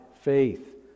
faith